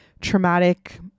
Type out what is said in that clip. traumatic